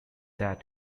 that